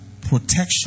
protection